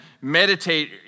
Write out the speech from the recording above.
meditate